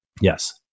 Yes